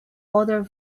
other